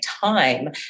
time